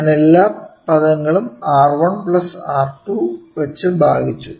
ഞാൻ എല്ലാ പദങ്ങളും R 1 R 2 വെച്ച് ഭാഗിച്ചു